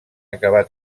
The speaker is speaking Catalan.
acabar